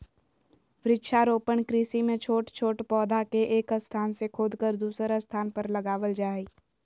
वृक्षारोपण कृषि मे छोट छोट पौधा के एक स्थान से खोदकर दुसर स्थान पर लगावल जा हई